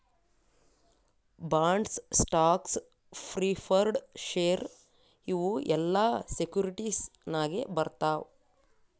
bonds, stocks, preferred share ಇವು ಎಲ್ಲಾ securities ನಾಗೆ ಬರ್ತಾವ್